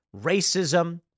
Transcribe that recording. racism